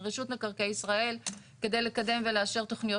רשות מקרקעי ישראל כדי לקדם ולאשר תוכניות